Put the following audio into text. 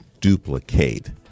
duplicate